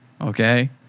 Okay